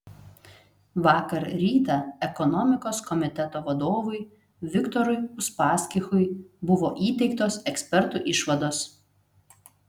vakar rytą ekonomikos komiteto vadovui viktorui uspaskichui buvo įteiktos ekspertų išvados